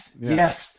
Yes